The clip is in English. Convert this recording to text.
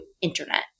internet